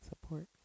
support